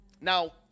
Now